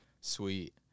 sweet